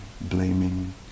blaming